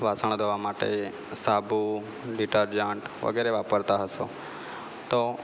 વાસણ ધોવા માટે સાબુ ડિટરજન્ટ વગેરે વાપરતા હશો તો